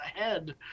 ahead